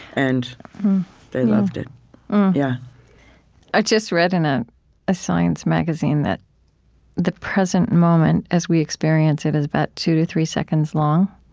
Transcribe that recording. and they loved it yeah i just read in a ah science magazine that the present moment as we experience it is about two to three seconds long.